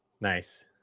Nice